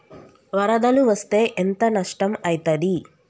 వరదలు వస్తే ఎంత నష్టం ఐతది?